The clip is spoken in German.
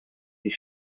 die